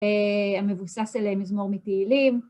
המבוסס אליהם מזמור מתהילים.